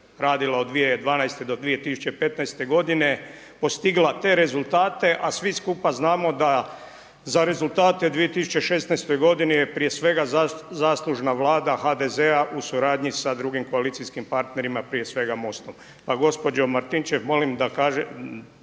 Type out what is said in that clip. radila od 2012. do 2015.godine postigla te rezultate, a svi skupa znamo da za rezultate u 2016. godini je prije svega zaslužna vlada HDZ-a u suradnji sa drugim koalicijskim partnerima prije svega MOST-om. Pa gospođo Martinčev molim da malo